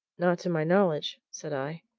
not to my knowledge! said i.